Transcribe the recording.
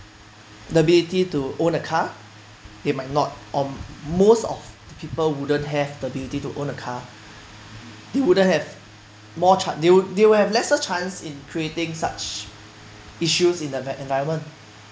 the ability to own a car they might not or most of the people wouldn't have the ability to own a car they wouldn't have more chanc~ they would they would have lesser chance in creating such issues in the environment